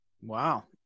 wow